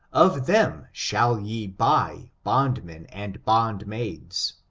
of them shall ye buy bondmen and bondmaids.